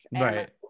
right